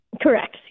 Correct